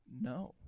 No